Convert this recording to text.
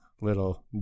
little